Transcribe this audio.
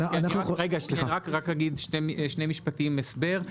אני רק אגיד שני משפטים הסבר,